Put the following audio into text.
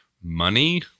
money